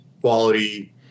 quality